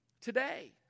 today